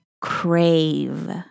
crave